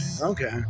Okay